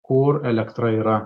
kur elektra yra